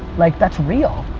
like that's real.